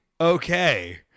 Okay